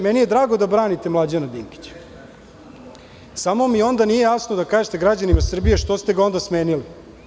Meni je drago da branite Mlađana Dinkića, samo mi onda nije jasno da kažete građanima Srbije, što ste ga onda smenili?